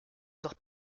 heures